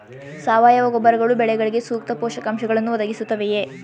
ಸಾವಯವ ಗೊಬ್ಬರಗಳು ಬೆಳೆಗಳಿಗೆ ಸೂಕ್ತ ಪೋಷಕಾಂಶಗಳನ್ನು ಒದಗಿಸುತ್ತವೆಯೇ?